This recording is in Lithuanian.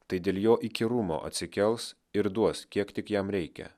tai dėl jo įkyrumo atsikels ir duos kiek tik jam reikia